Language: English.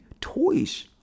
toys